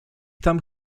tam